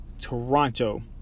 Toronto